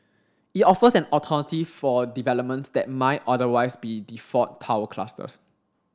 it offers an alternative for developments that might otherwise be default tower clusters